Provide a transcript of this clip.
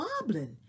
wobbling